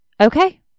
Okay